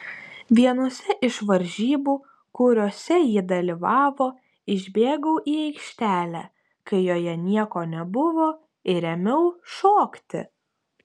vienose iš varžybų kuriose ji dalyvavo išbėgau į aikštelę kai joje nieko nebuvo ir ėmiau šokti